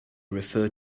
refer